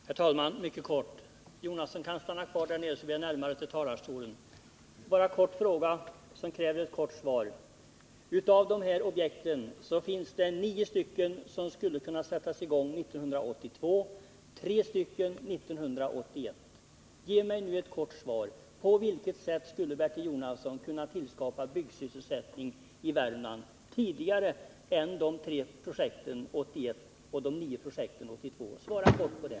Herr talman! Bertil Jonasson kan stanna kvar vid talarstolen, så blir det närmare när han skall svara. Jag vill bara ställa en kort fråga, som kräver ett kort svar. Av de här projekten finns det nio som skulle kunna sättas i gång 1982 och tre som skulle kunna sättas i gång 1981. På vilket sätt skulle Bertil Jonasson kunna skapa sysselsättning i Värmland tidigare än så? Svara kort på det!